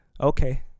okay